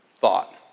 thought